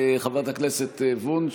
חברת הכנסת וונש,